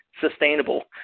sustainable